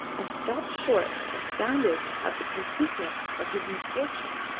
and stopped short, astounded at the completeness of his misfortune.